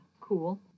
cool